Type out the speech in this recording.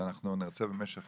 אנחנו נרצה במשך